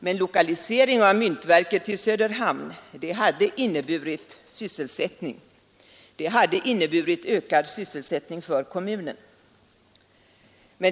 Men lokalisering av myntverket till Söderhamn hade inneburit ökad sysselsättning för kommunen.